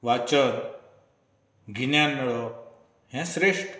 वाचन गिन्यान मेळोवप हें श्रेश्ठ